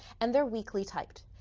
and they're weakly typed.